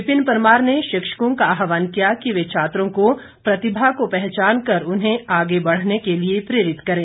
विपिन परमार ने शिक्षकों का आहवान किया कि वे छात्रों की प्रतिभा को पहचानकर उन्हें आगे बढ़ने के लिए प्रेरित करें